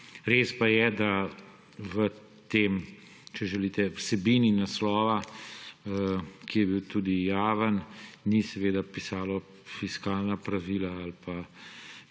Res pa je, da v tej vsebini naslova, ki je bil tudi javen, ni seveda pisalo fiskalna pravila in